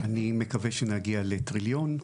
אני מקווה שנגיע לטריליון.